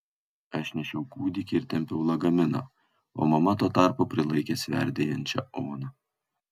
aš nešiau kūdikį ir tempiau lagaminą o mama tuo tarpu prilaikė sverdėjančią oną